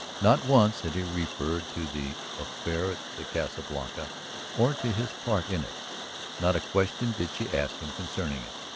not once had he referred to the affair at the casa blanca or to his part in it not a question did she ask him concerning it.